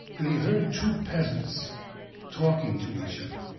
and he heard two peasants talking to each other.